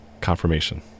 confirmation